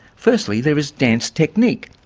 firstly there is dance technique.